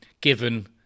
given